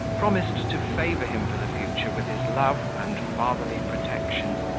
promised to favour him for the future with his love and fatherly protection.